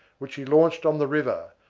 which he launched on the river,